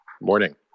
Morning